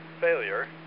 failure